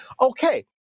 Okay